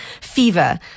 Fever